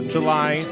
July